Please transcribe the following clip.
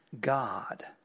God